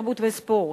התרבות והספורט,